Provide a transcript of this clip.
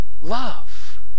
love